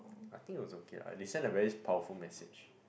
I think it was okay lah they send a very powerful message